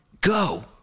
go